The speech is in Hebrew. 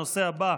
הנושא הבא,